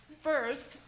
first